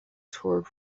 toured